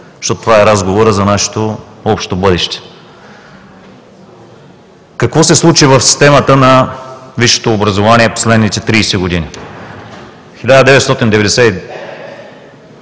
защото това е разговорът за нашето общо бъдеще. Какво се случи в системата на висшето образование през последните 30 години?